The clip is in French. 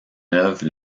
œuvre